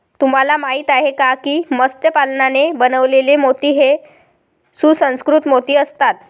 तुम्हाला माहिती आहे का की मत्स्य पालनाने बनवलेले मोती हे सुसंस्कृत मोती असतात